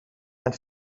and